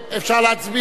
אפשר להצביע?